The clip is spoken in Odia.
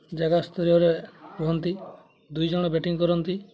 ଜାଗା ସ୍ତରୀୟରେ ରୁହନ୍ତି ଦୁଇ ଜଣ ବେଟିଂ କରନ୍ତି